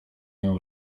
nią